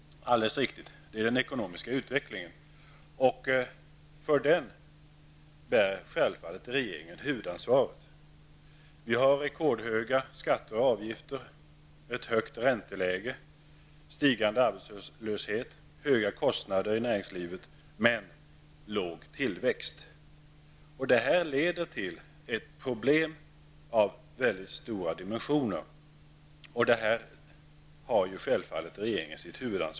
Alldeles riktigt, det är fråga om den ekonomiska utvecklingen, och för den bär självfallet regeringen huvudansvaret. Vi har rekordhöga skatter och avgifter, ett högt ränteläge, stigande arbetslöshet, höga kostnader i näringslivet, men låg tillväxt. Detta leder till ett problem av väldigt stora dimensioner, och regeringen bär självfallet huvudansvaret.